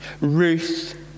Ruth